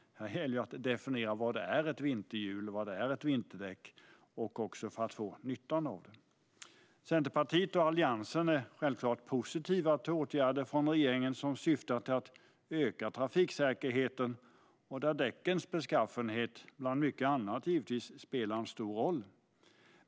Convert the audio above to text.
Här gäller det att definiera vad ett vinterdäck är för att få fram nyttan med det. Centerpartiet och Alliansen är självklart positiva till åtgärder från regeringen som syftar till ökad trafiksäkerhet, och där spelar däckens beskaffenhet bland mycket annat givetvis en stor roll.